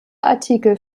artikel